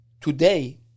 Today